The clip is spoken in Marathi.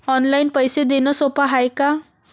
ऑनलाईन पैसे देण सोप हाय का?